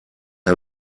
and